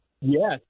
Yes